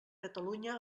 catalunya